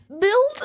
build